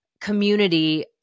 community